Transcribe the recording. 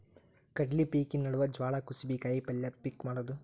ಕಡ್ಲಿ ಪಿಕಿನ ನಡುವ ಜ್ವಾಳಾ, ಕುಸಿಬಿ, ಕಾಯಪಲ್ಯ ಪಿಕ್ ಮಾಡುದ